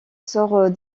sort